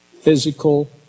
physical